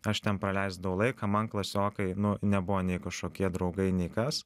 aš ten praleisdavau laiką man klasiokai nu nebuvo nei kažkokie draugai nei kas